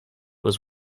was